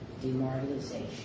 demoralization